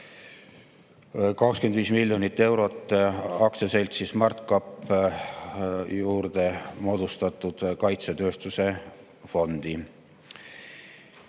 25 miljonit eurot aktsiaseltsi SmartCap juurde moodustatud kaitsetööstuse fondi.